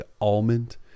Almond